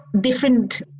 different